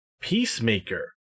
Peacemaker